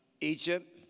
Egypt